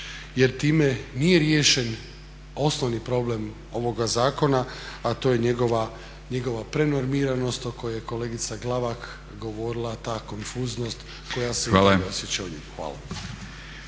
jer time nije riješen osnovni problem ovoga zakona a to je njegova prenormiranost o kojoj je kolegica Glavak govorila ta konfuznost koja se i ovdje osjeća. Hvala.